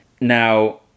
Now